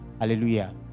Hallelujah